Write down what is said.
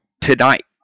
tonight